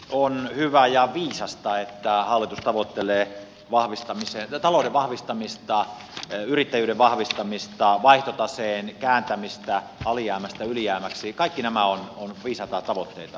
on hyvä ja viisasta että hallitus tavoittelee talouden vahvistamista yrittäjyyden vahvistamista vaihtotaseen kääntämistä alijäämästä ylijäämäksi kaikki nämä ovat viisaita tavoitteita